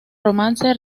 romance